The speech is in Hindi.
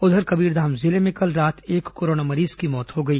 उधर कबीरधाम जिले में कल रात एक कोरोना मरीज की मौत हो गई